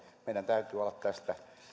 meidän täytyy olla tästä